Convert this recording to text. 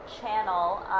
channel